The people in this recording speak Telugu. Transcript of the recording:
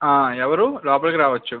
ఎవరు లోపలికి రావచ్చు